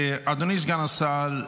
אדוני סגן השר,